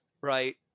right